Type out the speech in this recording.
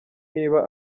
niba